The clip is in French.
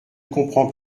comprends